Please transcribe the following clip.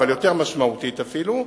יותר משמעותית אפילו,